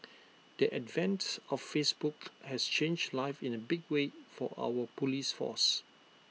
the advent of Facebook has changed life in A big way for our Police force